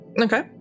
Okay